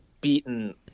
beaten